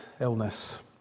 illness